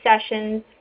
sessions